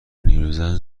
نیوزلند